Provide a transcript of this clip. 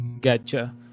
Gotcha